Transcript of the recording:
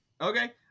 Okay